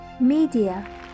media